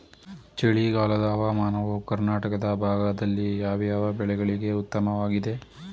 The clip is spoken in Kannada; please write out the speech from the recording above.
ಚಳಿಗಾಲದ ಹವಾಮಾನವು ಕರ್ನಾಟಕದ ಭಾಗದಲ್ಲಿ ಯಾವ್ಯಾವ ಬೆಳೆಗಳಿಗೆ ಉತ್ತಮವಾಗಿದೆ?